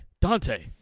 Dante